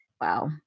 Wow